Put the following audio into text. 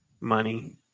money